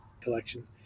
collection